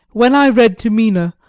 when i read to mina,